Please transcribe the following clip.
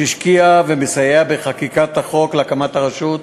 שהשקיע ומסייע בחקיקת החוק להקמת הרשות,